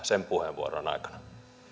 sen puheenvuoron aikana